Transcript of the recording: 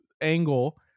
angle